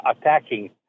attacking